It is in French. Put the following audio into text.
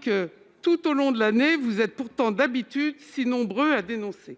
que tout au long de l'année vous êtes d'habitude si nombreux à dénoncer